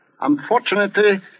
Unfortunately